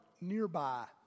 nearby